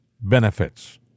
benefits